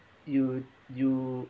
you you